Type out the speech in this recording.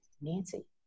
Nancy